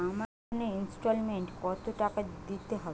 আমার লোনের ইনস্টলমেন্টৈ কত টাকা দিতে হবে?